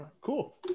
Cool